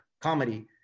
comedy